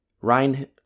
Ryan